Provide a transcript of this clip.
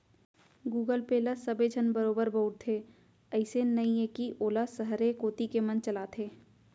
Google Pay ल सबे झन बरोबर बउरथे, अइसे नइये कि वोला सहरे कोती के मन चलाथें